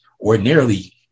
ordinarily